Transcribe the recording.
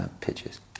pitches